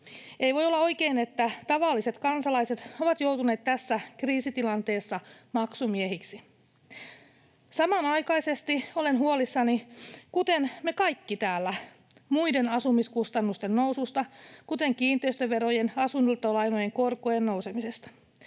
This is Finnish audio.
Ei voi olla oikein, että tavalliset kansalaiset ovat joutuneet tässä kriisitilanteessa maksumiehiksi. Samanaikaisesti olen huolissani, kuten me kaikki täällä, muiden asumiskustannusten noususta, kuten kiinteistöverojen tai asuntolainojen korkojen nousemisesta.